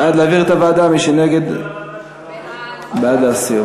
בעד להעביר לוועדה, מי שנגד בעד להסיר.